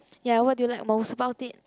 ya what do you like most about it